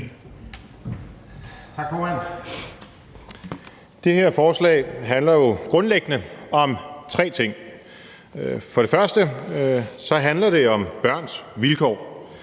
Tak, formand. Det her forslag handler jo grundliggende om tre ting. For det første handler det om børns vilkår.